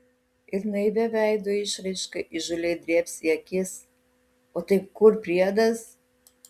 ir naivia veido išraiška įžūliai drėbs į akis o tai kur priedas